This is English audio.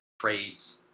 trades